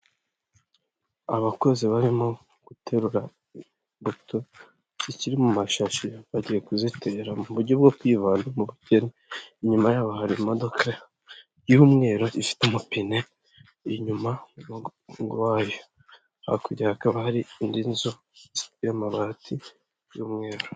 Abakozi barimo guterura imbuto zikiri mu mashashi bagiye kuzitera mu buryo bwo kwibanda mu gutera imbuto, inyuma yabo hari imodoka y'umweru ifite amapine inyuma ku mugongo wayo, hakurya hakaba hari indi nzu y'amabati y'umweru.